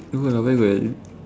where got where got like that